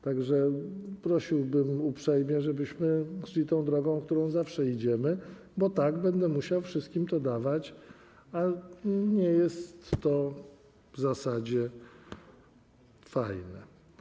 Tak że prosiłbym uprzejmie, żebyśmy szli drogą, którą zawsze idziemy, bo tak będę musiał wszystkim tyle dawać, a nie jest to w zasadzie fajne.